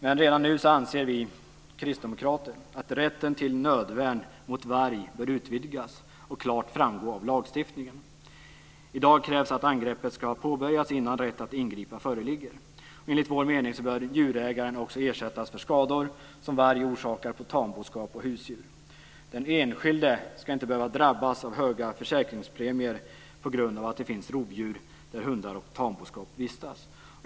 Men redan nu anser vi kristdemokrater att rätten till nödvärn mot varg bör utvidgas och klart framgå av lagstiftningen. I dag krävs att angreppet ska ha påbörjats innan rätt att ingripa föreligger. Enligt vår mening bör djurägaren också ersättas för skador som varg orsakar på tamboskap och husdjur. Den enskilde ska inte behöva drabbas av höga försäkringspremier på grund av att det finns rovdjur där hundar och tamboskap vistas.